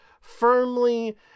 firmly